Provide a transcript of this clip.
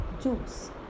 juice